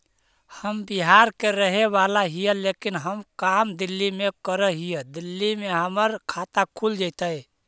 हम बिहार के रहेवाला हिय लेकिन हम काम दिल्ली में कर हिय, दिल्ली में हमर खाता खुल जैतै?